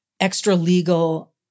extra-legal